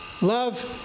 love